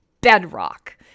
bedrock